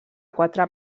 quatre